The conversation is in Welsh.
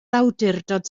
awdurdod